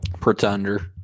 Pretender